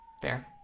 fair